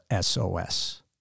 SOS